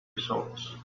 results